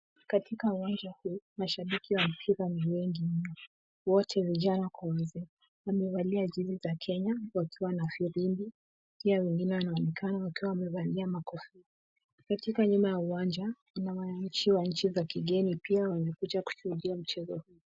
Katika uwanja huu, mashabiki wa mpira ni wengi mno. Wote vijana kwa wazee, wamevalia jezi za Kenya wakiwa na firimbi. Pia wengine wanaonekana wakiwa wamevalia makofia. Katika nyuma ya uwanja, kuna wananchi wa nchi za kigeni, pia wamekuja kushuhudia mchezo huu.